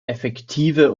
effektive